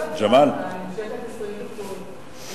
כל הצעה נמשכת 20 דקות.